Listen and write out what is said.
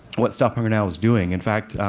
what stop hunger now is doing. in fact,